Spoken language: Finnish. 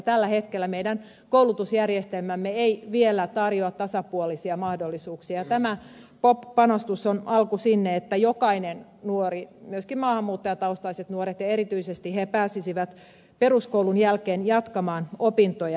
tällä hetkellä meidän koulutusjärjestelmämme ei vielä tarjoa tasapuolisia mahdollisuuksia ja tämä pop panostus on alku sinne että jokainen nuori myöskin maahanmuuttajataustaiset nuoret ja erityisesti he pääsisi peruskoulun jälkeen jatkamaan opintoja